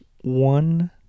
one